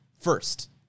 first